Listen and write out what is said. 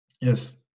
yes